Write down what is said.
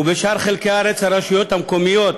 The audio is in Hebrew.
ובשאר חלקי הארץ, הרשויות המקומיות